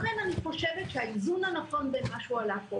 לכן אני חושבת שהאיזון הנכון בין מה שהועלה פה